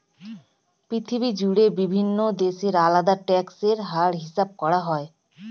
পৃথিবী জুড়ে বিভিন্ন দেশে আলাদা ট্যাক্স এর হার হিসাব করা হয়